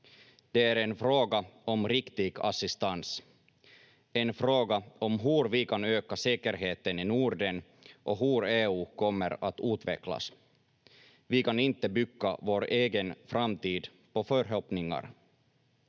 Det är en fråga om riktig assistans, en fråga om hur vi kan öka säkerheten i Norden och hur EU kommer att utvecklas. Vi kan inte bygga vår egen framtid på förhoppningar.